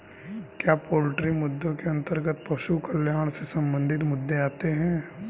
क्या पोल्ट्री मुद्दों के अंतर्गत पशु कल्याण से संबंधित मुद्दे आते हैं?